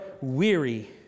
weary